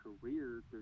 career